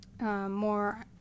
more